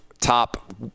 top